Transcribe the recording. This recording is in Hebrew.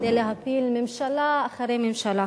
כדי להפיל ממשלה אחרי ממשלה.